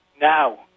Now